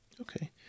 Okay